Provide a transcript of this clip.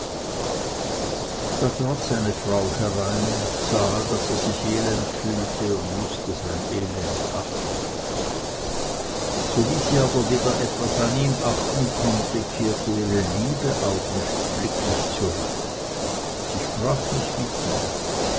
da trat seine frau herein sah daß er sich elend fühlte und mußte sein elend achten sowie sie aber wieder etwas an ihm achten konnte kehrte ihre liebe augenblicklich zurück sie sprach nicht mit ihm